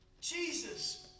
Jesus